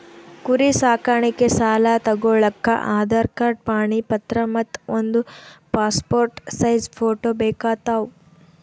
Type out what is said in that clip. ಕುರಿ ಸಾಕಾಣಿಕೆ ಸಾಲಾ ತಗೋಳಕ್ಕ ಆಧಾರ್ ಕಾರ್ಡ್ ಪಾಣಿ ಪತ್ರ ಮತ್ತ್ ಒಂದ್ ಪಾಸ್ಪೋರ್ಟ್ ಸೈಜ್ ಫೋಟೋ ಬೇಕಾತವ್